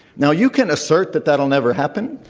now, you can assert that that'll never happen,